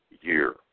year